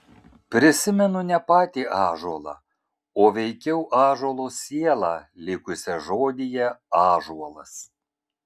prisimenu ne patį ąžuolą o veikiau ąžuolo sielą likusią žodyje ąžuolas